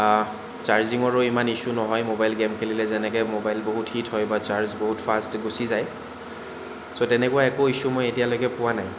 চাৰ্জিঙৰো ইমান ইছ্যু নহয় mobile game খেলিলে যেনেকে ম'বাইল বহুত হিট হয় বা চাৰ্জ বহুত ফাৰ্ষ্ট গুছি যায় ছ' তেনেকুৱা একো ইছ্যু মই এতিয়ালৈকে পোৱা নাই